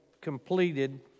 completed